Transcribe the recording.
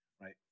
right